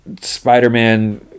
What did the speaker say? Spider-Man